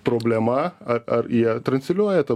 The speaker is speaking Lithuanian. problema ar jie transliuoja ta